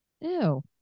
ew